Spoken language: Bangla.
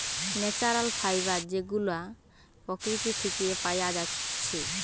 ন্যাচারাল ফাইবার যেগুলা প্রকৃতি থিকে পায়া যাচ্ছে